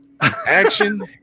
Action